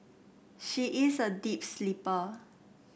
she is a deep sleeper